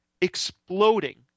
exploding